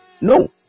No